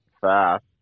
fast